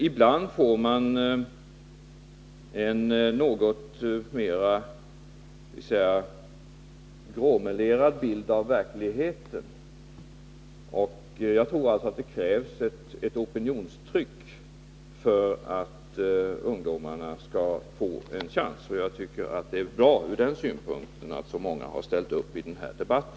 Ibland får man en något mer gråmelerad bild av verkligheten. Jag tror att det krävs ett opinionstryck för att ungdomarna skall få en chans, och jag tycker att det från den synpunkten är bra att så många ställt upp i denna debatt.